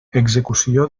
execució